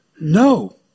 No